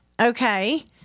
Okay